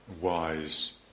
wise